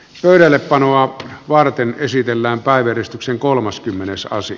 pöydällepanoa varten esitellään päivystyksen kolmaskymmenes aasi